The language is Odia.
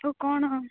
ତ କ'ଣ